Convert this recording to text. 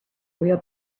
real